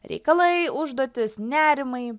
reikalai užduotys nerimai